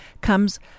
comes